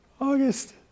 August